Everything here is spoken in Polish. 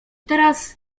teraz